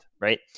right